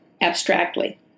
abstractly